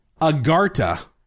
Agarta